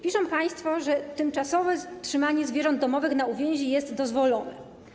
Piszą państwo, że tymczasowe trzymanie zwierząt domowych na uwięzi jest dozwolone.